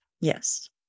Yes